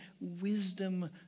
wisdom